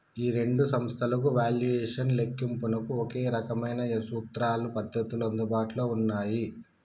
ఈ రెండు సంస్థలకు వాల్యుయేషన్ లెక్కింపునకు ఒకే రకమైన సూత్రాలు పద్ధతులు అందుబాటులో ఉన్నాయి